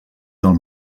del